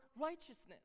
righteousness